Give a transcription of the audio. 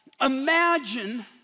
Imagine